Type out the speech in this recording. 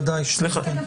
--- גם בהצעת חוק-היסוד.